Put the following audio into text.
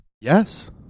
Yes